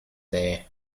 there